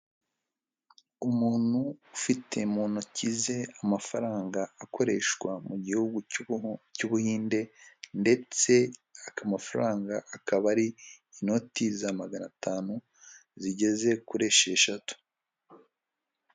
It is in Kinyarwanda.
Umuntu ufite mu ntoki ze amafaranga akoreshwa mu gihugu cy'Ubuhinde ndetse amafaranga akaba ari inoti za magana atanu zigeze kuri esheshatu.